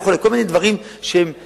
כל מיני דברים חריגים.